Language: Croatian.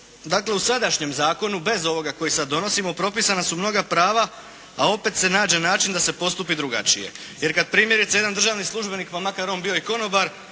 dakle, u sadašnjem zakonu, bez ovoga koji sada donosimo, propisana su mnoga prava a opet se nađe način da se postupi drugačije. Jer kada primjerice jedan državni službenik, pa makar on bio i konobar,